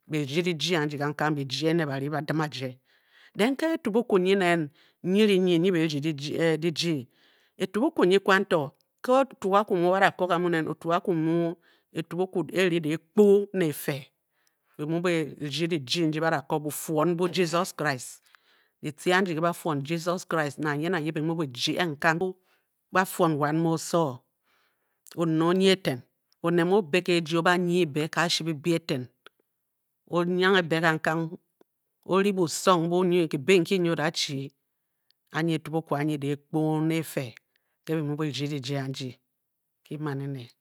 Byi rdi dijii andi kangkang biji jyeng ne ba ri ba dim ajie then nke etugukwu nyi nen nyirinyi nyi beh-rdi dijii. etugukwu nyi kwan to. ke otukakitu mu ba da ko gamu nen otukakwu mu. etugukwu e-ri dehkpoo ne efe byi mu bi rdi dijii nki ba da ko nen bufuon mbu jisos krist kitce andi nke ba fuon jisos krist. nang ye nang ye. bi mung byi jyeng ba-fuon wan mu oso. ohe enyi eten. oned mu o-be ke eji o-ba nyi be ke ashi bibyi eten. o-nyanghe be kangkang o-ri busong mbu ke byi nki nyio-dachi. anyi etugukwu anyi kehkpo ne bafe ke bi mu byi rdi dijii anki ki man ene.